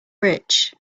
rich